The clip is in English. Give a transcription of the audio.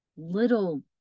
little